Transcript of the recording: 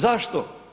Zašto?